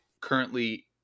currently